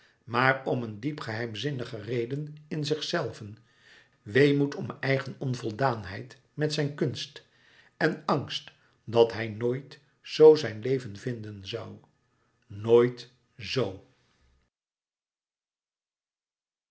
maar om een diep geheimzinnige reden in zichzelven weemoed om eigen onvoldaanheid met zijn kunst en angst dat hij nooit zoo zijn leven vinden zoû nooit zoo